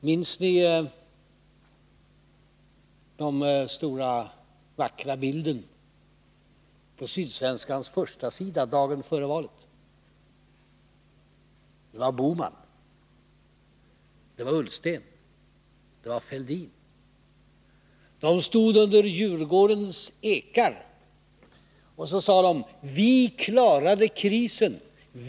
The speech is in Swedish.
Minns ni den stora vackra bilden på Sydsvenska Dagbladets förstasida dagen före valet 1979? Den visade Bohman, Ullsten och Fälldin. De stod under Djurgårdens ekar och sade: ”Vi klarade krisen.